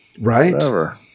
right